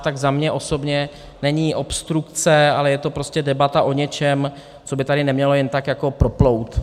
Tak za mě osobně není obstrukce, ale je to prostě debata o něčem, co by tady nemělo jen tak proplout.